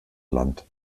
land